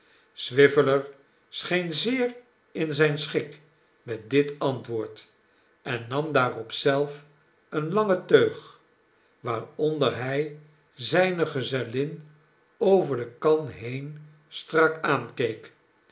swiveller scheen zeer in zijn schik met dit antwoord en nam daarop zelf een langen teug waaronder hij zijne gezellin over de kan heen strak aankeek